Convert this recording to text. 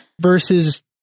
versus